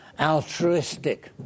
altruistic